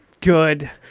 good